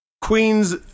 queen's